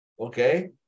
Okay